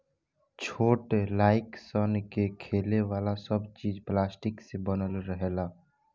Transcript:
छोट लाइक सन के खेले वाला सब चीज़ पलास्टिक से बनल रहेला